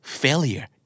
failure